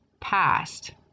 past